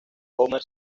homer